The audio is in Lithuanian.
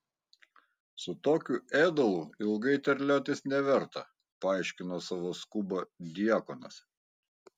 su tokiu ėdalu ilgai terliotis neverta paaiškino savo skubą diakonas